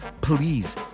please